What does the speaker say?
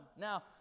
now